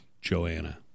Joanna